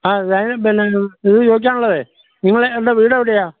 ആ ലൈനിൽ തന്നെ പിന്നെ ചോദിക്കാൻ ഉള്ളതെ നിങ്ങളുടെ വീട് എവിടെയാണ്